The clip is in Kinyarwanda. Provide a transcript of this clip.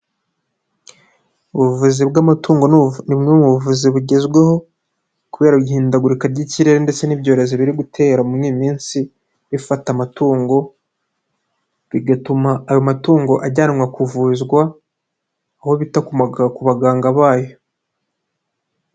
Ubuvuzi bw'amatungo ni bumwe mu buvuzi bugezweho, kubera ihindagurika ry'ikirere ndetse n'ibyorezo biri gutera muri iyi minsi, bifata amatungo bigatuma ayo matungo ajyanwa kuvuzwa, aho bita ku baganga bayo.